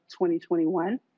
2021